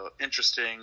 interesting